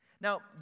Now